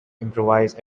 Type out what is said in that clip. improvise